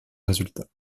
résultats